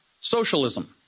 socialism